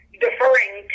deferring